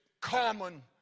common